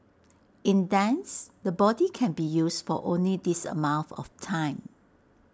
in dance the body can be used for only this amount of time